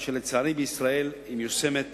ולצערי בישראל היא מיושמת